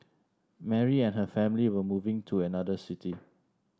Mary and her family were moving to another city